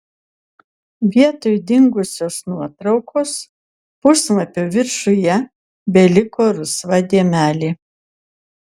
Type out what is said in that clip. vietoj dingusios nuotraukos puslapio viršuje beliko rusva dėmelė